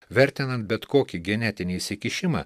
vertinant bet kokį genetinį įsikišimą